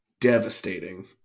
devastating